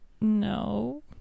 no